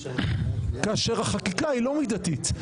כאשר החקיקה לא מידתית?